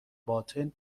باطن